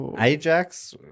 Ajax